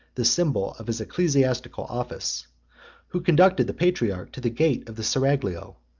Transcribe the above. the symbol of his ecclesiastical office who conducted the patriarch to the gate of the seraglio,